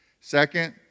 Second